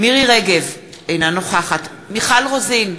מירי רגב, אינה נוכחת מיכל רוזין,